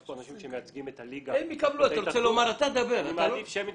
יש פה אנשים שמייצגים את הליגה ואני מעדיף שהם ידברו,